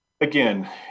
Again